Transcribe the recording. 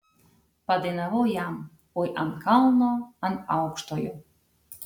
padainavau jam oi ant kalno ant aukštojo